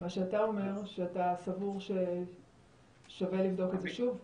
מה שאתה אומר, שאתה סבור ששווה לבדוק את זה שוב?